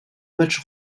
match